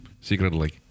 secretly